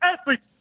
athletes